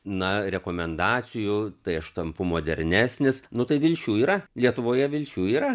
na rekomendacijų tai aš tampu modernesnis nu tai vilčių yra lietuvoje vilčių yra